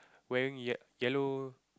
wearing ye~ yellow